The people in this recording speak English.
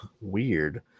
weird